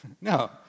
No